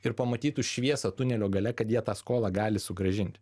ir pamatytų šviesą tunelio gale kad jie tą skolą gali sugrąžinti